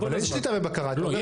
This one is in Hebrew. אבל אין שליטה ובקרה הדוקים.